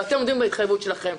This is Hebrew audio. אתם עומדים בהתחייבות שלכם.